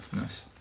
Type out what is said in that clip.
Nice